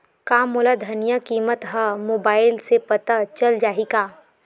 का मोला धनिया किमत ह मुबाइल से पता चल जाही का?